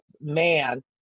man